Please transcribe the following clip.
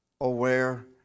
aware